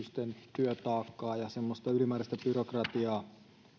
työtaakkaa ja semmoista ylimääräistä byrokratiaa